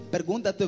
Pergunta